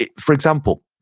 ah for example,